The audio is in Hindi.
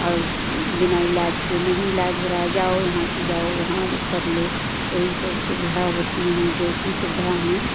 और बिना इलाज के नहीं इलाज हो रहा है जाओ यहाँ से जो वहाँ कर लो यही सब सुविधा होती है जो कि सुविधा में